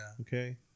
Okay